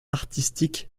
artistique